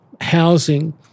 housing